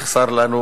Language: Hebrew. יחסר לנו